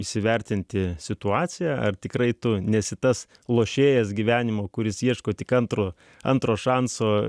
įsivertinti situaciją ar tikrai tu nesi tas lošėjas gyvenimo kuris ieško tik antro antro šanso